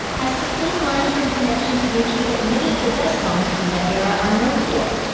has the clean lines and connection to nature that many of the best homes from that era are known for.